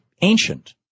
ancient